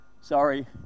Sorry